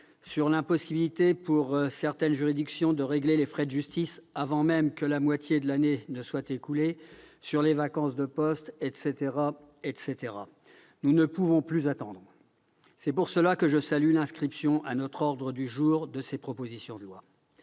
sur l'impossibilité pour certaines juridictions de régler les frais de justice avant même que la moitié de l'année soit écoulée, sur les vacances de postes, etc. Nous ne pouvons plus attendre. C'est pour cela que je salue l'inscription à notre ordre du jour de ces deux textes.